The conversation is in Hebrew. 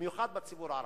במיוחד בציבור הערבי.